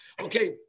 okay